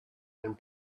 and